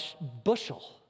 bushel